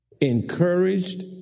Encouraged